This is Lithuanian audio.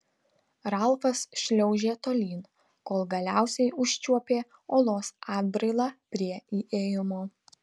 ralfas šliaužė tolyn kol galiausiai užčiuopė uolos atbrailą prie įėjimo